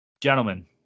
Gentlemen